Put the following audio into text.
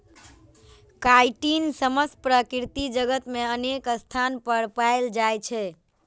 chitin समस्त प्रकृति जगत मे अनेक स्थान पर पाएल जाइ छै